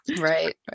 Right